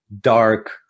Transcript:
dark